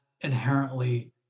inherently